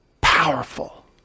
powerful